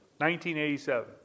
1987